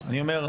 אני אומר,